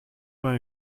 vingt